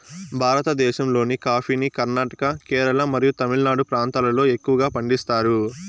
భారతదేశంలోని కాఫీని కర్ణాటక, కేరళ మరియు తమిళనాడు ప్రాంతాలలో ఎక్కువగా పండిస్తారు